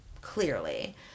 clearly